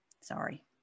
sorry